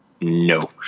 no